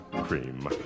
cream